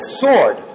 sword